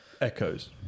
echoes